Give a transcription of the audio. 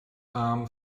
arm